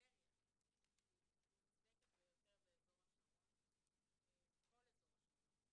היסטריה מוצדקת ביותר בכל אזור השרון.